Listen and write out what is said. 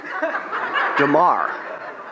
Damar